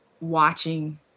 watching